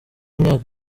imyaka